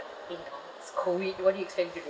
you know it's COVID what do you expect me to do